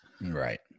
Right